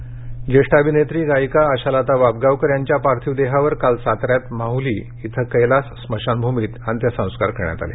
आशालता जेष्ठ अभिनेत्री गायिका आशालता वाबगावकर यांच्या पार्थिव देहावर काल साताऱ्यात माहली इथं कैलास स्मशान भूमीत अंत्यसंस्कार करण्यात आले